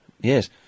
Yes